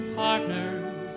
partners